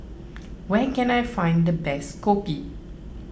where can I find the best Kopi